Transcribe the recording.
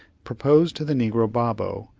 proposed, to the negro babo,